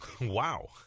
Wow